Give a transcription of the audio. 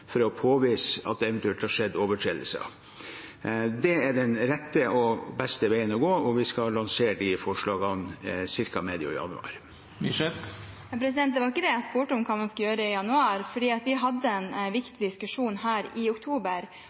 for å påvise at det eventuelt har skjedd overtredelser. Det er den rette og beste veien å gå, og vi skal lansere forslagene ca. medio januar. Jeg spurte ikke om hva man skal gjøre i januar. Vi hadde en viktig diskusjon her i oktober.